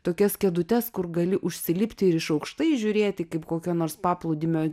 tokias kėdutes kur gali užsilipti ir iš aukštai žiūrėti kaip kokio nors paplūdimio